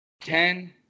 Ten